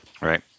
Right